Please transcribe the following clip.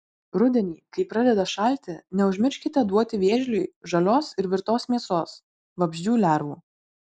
rudenį kai pradeda šalti neužmirškite duoti vėžliui žalios ir virtos mėsos vabzdžių lervų